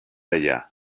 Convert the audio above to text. ella